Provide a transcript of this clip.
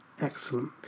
Excellent